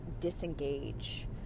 disengage